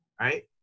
right